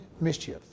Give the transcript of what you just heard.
mischief